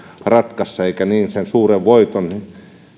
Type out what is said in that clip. ratkaista eikä niin sen suuren voiton